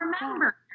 remember